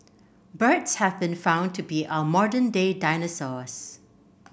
birds have been found to be our modern day dinosaurs